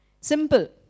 Simple